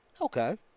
Okay